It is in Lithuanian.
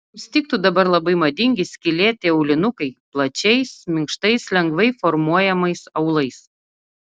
jums tiktų dabar labai madingi skylėti aulinukai plačiais minkštais lengvai formuojamais aulais